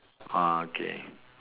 ah okay